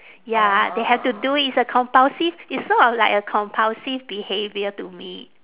ya they have to do it it's a compulsive it's sort of like a compulsive behaviour to me